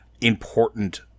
Important